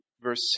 verse